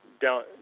down